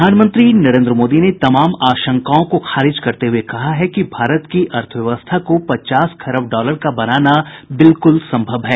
प्रधानमंत्री नरेन्द्र मोदी ने तमाम आशंकाओं को खारिज करते हुए कहा है कि भारत की अर्थव्यवस्था को पचास खरब डॉलर का बनाना बिल्कुल संभव है